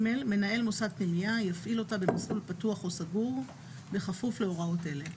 מנהל מוסד פנימייה יפעיל אותה במסלול פתוח או סגור בכפוף להוראות אלה: